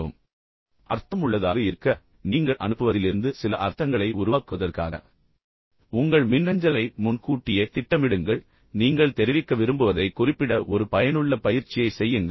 ஒட்டுமொத்தமாக அர்த்தமுள்ளதாக இருக்க நீங்கள் அனுப்புவதிலிருந்து சில அர்த்தங்களை உருவாக்குவதற்காக உங்கள் மின்னஞ்சலை முன்கூட்டியே திட்டமிடுங்கள் நீங்கள் தெரிவிக்க விரும்புவதைக் குறிப்பிட ஒரு பயனுள்ள பயிற்சியை செய்யுங்கள்